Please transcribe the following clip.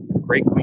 great